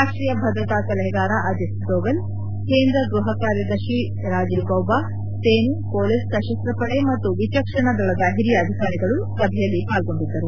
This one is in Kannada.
ರಾಷ್ಟೀಯ ಭದ್ರತಾ ಸಲಹೆಗಾರ ಅಜಿತ್ ದೋವಲ್ ಕೇಂದ್ರ ಗ್ವಹ ಕಾರ್ಯದರ್ಶಿ ರಾಜೀವ್ ಗೌಬಾ ಸೇನೆ ಪೊಲೀಸ್ ಸಶಸ್ತ್ರ ಪಡೆ ಮತ್ತು ವಿಚಕ್ಷಣ ದಳದ ಹಿರಿಯ ಅಧಿಕಾರಿಗಳು ಸಭೆಯಲ್ಲಿ ಪಾಲ್ಲೊಂಡಿದ್ದರು